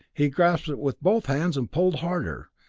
he grasped it with both hands and pulled harder.